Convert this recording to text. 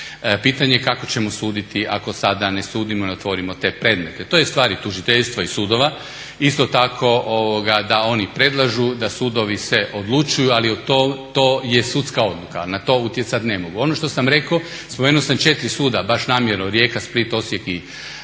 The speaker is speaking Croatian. pitanje je kako ćemo suditi ako sada ne sudimo i ne otvorimo te predmete. To je stvar i tužiteljstva i sudova. Isto tako da oni predlažu, da sudovi se odlučuju ali to je sudska odluka na to utjecati ne mogu. Ono što sam rekao, spomenuo sam 4 suda baš namjerno Rijeka, Split, Osijek i Zagreb